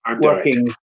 working